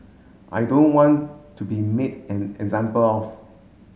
I don't want to be made an example of